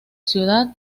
ciudad